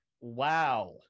Wow